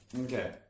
Okay